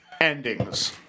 endings